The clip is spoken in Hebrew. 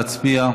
נא להצביע.